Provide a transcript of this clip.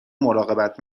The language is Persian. مراقبت